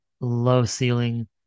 low-ceiling